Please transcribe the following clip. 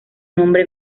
nombre